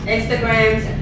Instagrams